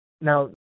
now